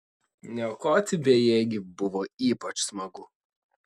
niokoti bejėgį buvo ypač smagu